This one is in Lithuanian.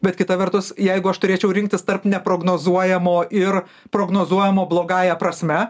bet kita vertus jeigu aš turėčiau rinktis tarp neprognozuojamo ir prognozuojamo blogąja prasme